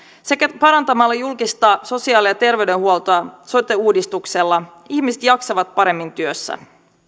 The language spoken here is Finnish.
sekä parantamalla julkista sosiaali ja terveydenhuoltoa sote uudistuksella ihmiset jaksavat paremmin työssä